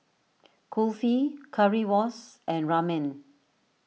Kulfi Currywurst and Ramen